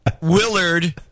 Willard